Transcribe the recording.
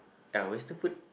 ya western food